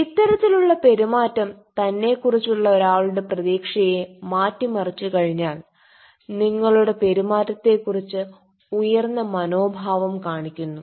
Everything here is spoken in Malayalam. ഇത്തരത്തിലുള്ള പെരുമാറ്റം തന്നെക്കുറിച്ചുള്ള ഒരാളുടെ പ്രതീക്ഷയെ മാറ്റിമറിച്ചുകഴിഞ്ഞാൽ നിങ്ങളുടെ പെരുമാറ്റത്തെക്കുറിച്ച് ഉയർന്ന മനോഭാവം കാണിക്കുന്നു